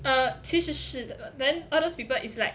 啊其实是的 then all those people is like